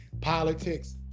politics